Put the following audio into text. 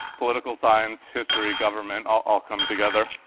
political science, history, government all ah come together.